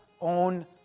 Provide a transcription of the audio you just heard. own